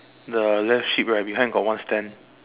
the left sheep right behind got one stand